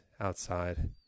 outside